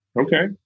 Okay